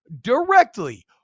directly